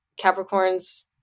Capricorns